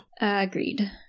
Agreed